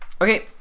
Okay